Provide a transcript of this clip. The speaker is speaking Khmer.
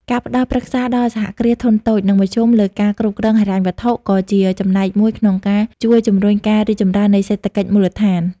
ការផ្ដល់ប្រឹក្សាដល់សហគ្រាសធុនតូច និងមធ្យម លើការគ្រប់គ្រងហិរញ្ញវត្ថុ ក៏ជាចំណែកមួយក្នុងការជួយជម្រុញការរីកចម្រើននៃសេដ្ឋកិច្ចមូលដ្ឋាន។